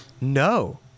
No